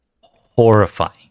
horrifying